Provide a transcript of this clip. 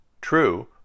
True